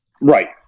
Right